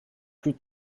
plus